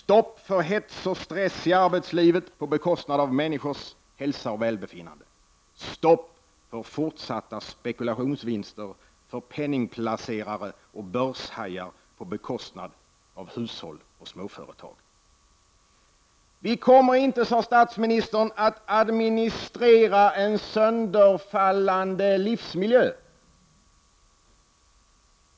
Stopp för hets och stress i arbetslivet på bekostnad av människors hälsa och välbefinnande. 4. Stopp för fortsatta spekulationsvinster för penningplacerare och börshajar på bekostnad av hushåll och småföretag. Vi kommer inte att administrera en sönderfallande livsmiljö, sade statsministern.